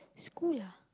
school lah